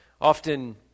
often